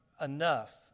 enough